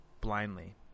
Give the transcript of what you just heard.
blindly